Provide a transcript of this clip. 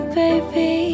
baby